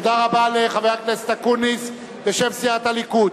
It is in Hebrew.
תודה רבה לחבר הכנסת אקוניס, בשם סיעת הליכוד.